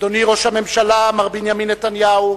אדוני ראש הממשלה, מר בנימין נתניהו,